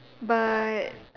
but